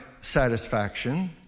satisfaction